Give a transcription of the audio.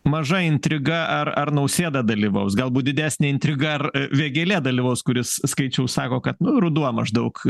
maža intriga ar ar nausėda dalyvaus galbūt didesnė intriga ar vėgėlė dalyvaus kuris skaičiau sako kad nu ruduo maždaug